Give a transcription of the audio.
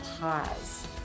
pause